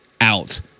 out